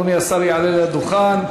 אדוני השר יעלה לדוכן.